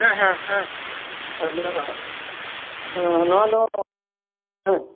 ᱦᱮᱸ ᱦᱮᱸ ᱦᱮᱸ ᱟᱸᱫᱚ ᱱᱚᱣᱟ ᱫᱚ